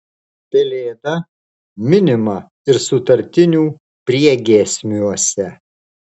pelėda minima ir sutartinių priegiesmiuose